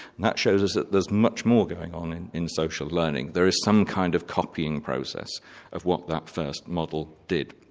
that shows us that there's much more going on in in social learning, there is some kind of copying process of what that first model did.